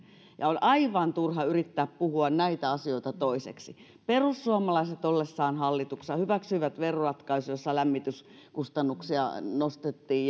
ja on aivan turha yrittää puhua näitä asioita toiseksi perussuomalaiset ollessaan hallituksessa hyväksyivät veroratkaisun jossa lämmityskustannuksia nostettiin